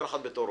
כל אחד בתורו.